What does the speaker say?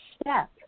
step